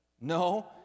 No